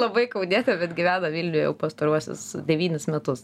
labai kaunietė bet gyvena vilniuje jau pastaruosius devynis metus